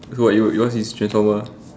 so what yours yours is transformer